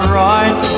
right